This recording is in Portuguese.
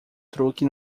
truque